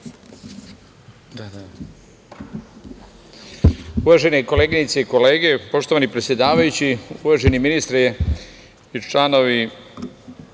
Uvažene koleginice i kolege, poštovani predsedavajući, uvaženi ministre i članovi